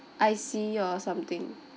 I_C or something